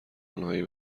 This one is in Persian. آنهایی